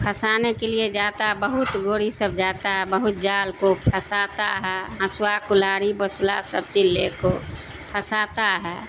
پھنسانے کے لیے جاتا ہے بہت گوری سب جاتا ہے بہت جال کو پھنساتا ہے ہنسوا کلہاڑی ہسوہ سب چیز لے کو پھنساتا ہے